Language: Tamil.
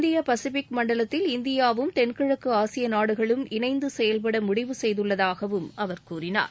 இந்திய பசிபிக் மண்டலத்தில் இந்தியாவும் தென்கிழக்கு ஆசிய நாடுகளும் இணைந்து செயல்பட முடிவு செய்துள்ளதாகவும் அவர் கூறினார்